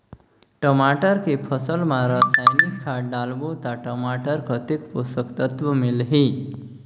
टमाटर के फसल मा रसायनिक खाद डालबो ता टमाटर कतेक पोषक तत्व मिलही?